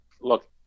look